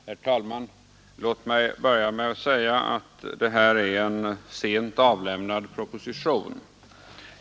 Herr talman! Låt mig börja med att säga att det här är en sent avlämnad proposition.